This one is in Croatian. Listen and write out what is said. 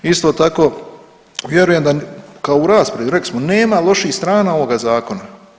Isto tako, vjerujem da kao i u raspravi, rekli smo, nema loših strana ovoga Zakona.